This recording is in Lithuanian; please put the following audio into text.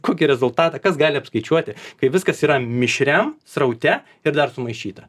kokį rezultatą kas gali apskaičiuoti kai viskas yra mišriam sraute ir dar sumaišyta